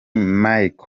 marc